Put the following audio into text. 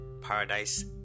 paradise